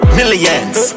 Millions